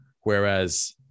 Whereas